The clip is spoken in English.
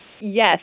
Yes